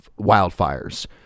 wildfires